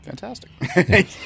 Fantastic